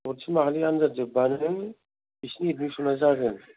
दथि माहानि आनजाद जोब्बानो बिसोरनि एदमिसना जागोन